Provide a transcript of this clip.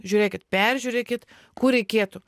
žiūrėkit peržiūrėkite kur reikėtų